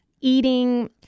eating